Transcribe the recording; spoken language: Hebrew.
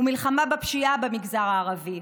ומלחמה בפשיעה במגזר הערבי,